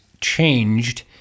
changed